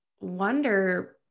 wonder